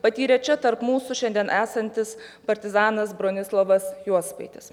patyrė čia tarp mūsų šiandien esantis partizanas bronislovas juospaitis